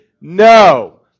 No